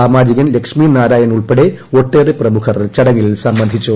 സാമാജികൻ ലക്ഷിനാരായണൻ ഉൾപ്പെടെഒട്ടേറെ പ്രമുഖർ ചടങ്ങിൽ സംബന്ധിച്ചു